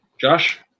Josh